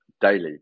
daily